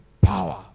power